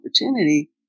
opportunity